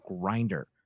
grinder